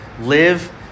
live